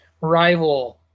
rival